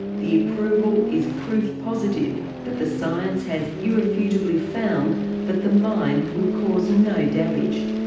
the approval is proof positive that the science has irrefutably found that the mine will cause no damage.